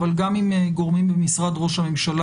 אבל גם עם גורמים במשרד ראש הממשלה,